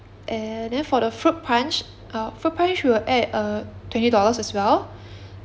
and then for the fruit punch uh fruit punch we'll add uh twenty dollars as well